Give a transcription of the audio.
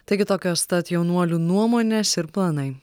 taigi tokios tad jaunuolių nuomonės ir planai